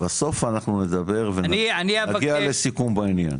אנחנו נדבר ונגיע לסיכום בעניין.